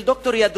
של דוקטור ידוע,